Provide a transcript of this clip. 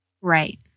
Right